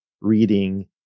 reading